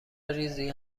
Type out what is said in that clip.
ریزی